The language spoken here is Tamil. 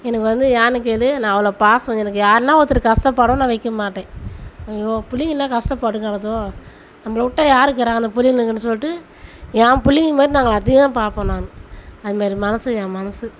எனக்கு வந்து ஏன்னென்னு கேள் நான் அவ்வளோ பாசம் எனக்கு யாருன்னால் ஒருத்தர் கஷ்டப்படவும் நான் வைக்க மாட்டேன் ஐயோ பிள்ளைங்கள் எல்லாம் கஷ்டப்படுகறதோ நம்மளை விட்டா யார் இருக்குறார் அந்த பிள்ளைங்களுக்குனு சொல்லிட்டு என் பிள்ளைங்க மாதிரி நாங்கள் அதையும் பார்ப்பேன் நான் அது மாதிரி மனது என் மனது